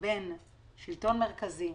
בין שלטון מרכזי,